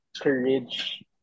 Courage